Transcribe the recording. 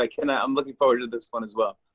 like and i'm looking forward to this one, as well.